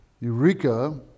Eureka